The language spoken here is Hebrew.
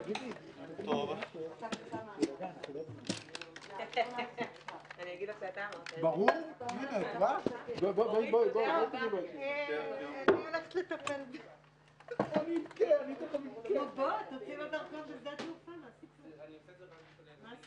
הישיבה ננעלה בשעה 14:00.